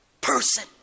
person